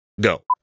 go